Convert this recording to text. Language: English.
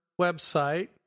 website